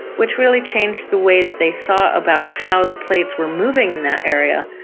which really changed the way that they thought about how the plates were moving in that area.